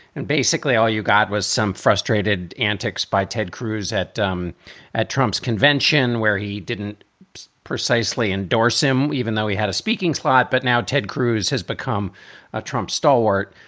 and basically all you got was some frustrated antics by ted cruz that um at trump's convention, where he didn't precisely endorse him, even though he had a speaking slot. but now ted cruz has become a trump stalwart.